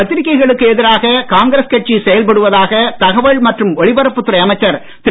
பத்திரிகைகளுக்கு எதிராக காங்கிரஸ் கட்சி செயல்படுவதாக தகவல் மற்றும் ஒலிபரப்புத் துறை அமைச்சர் திரு